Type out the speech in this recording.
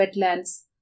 wetlands